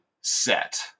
set